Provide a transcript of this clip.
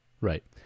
Right